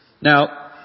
Now